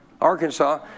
Arkansas